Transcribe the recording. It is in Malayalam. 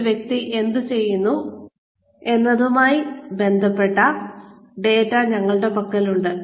ആ വ്യക്തി എന്തുചെയ്യുന്നു എന്നതുമായി ബന്ധപ്പെട്ട ഡാറ്റ ഞങ്ങളുടെ പക്കലുണ്ട്